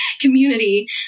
community